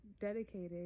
dedicated